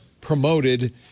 promoted